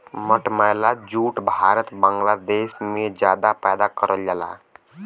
मटमैला जूट भारत बांग्लादेश में जादा पैदा करल जाला